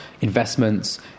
investments